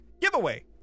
Giveaway